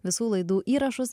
visų laidų įrašus